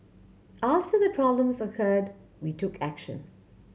after the problems occurred we took action